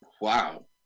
wow